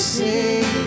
sing